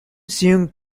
seung